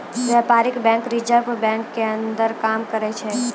व्यपारीक bank reserve bank के अंदर काम करै छै